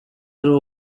ari